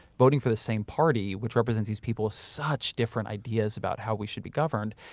voting for the same party, which represents these people's such different ideas about how we should be governed,